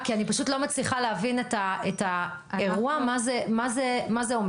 כי אני פשוט לא מצליחה להבין את האירוע מה זה אומר.